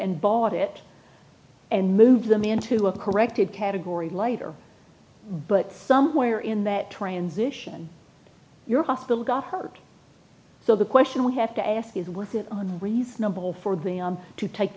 and bought it and move them into a corrected category later but somewhere in that transition your hospital got hurt so the question we have to ask is with it reasonable for them to take